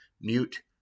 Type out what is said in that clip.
mute